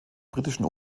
britischen